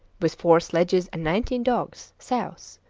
with four sledges and nineteen dogs, south.